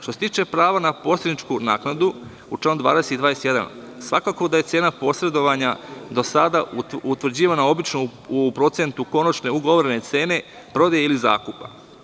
Što se tiče prava na posredničku naknadu, u članu 20. i 21, svakako da je cena posredovanja do sada utvrđivana obično u procentu konačne ugovorene cene, prodaje ili zakupa.